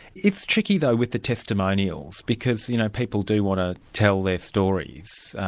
it's tricky though with the testimonials, because you know people do want to tell their stories,